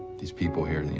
these people here, and you